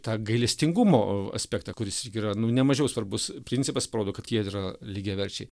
tą gailestingumo aspektą kuris irgi yra nu ne mažiau svarbus principas parodo kad jie yra lygiaverčiai